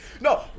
No